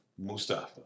Mustafa